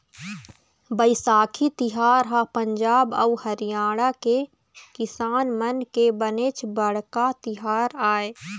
बइसाखी तिहार ह पंजाब अउ हरियाणा के किसान मन के बनेच बड़का तिहार आय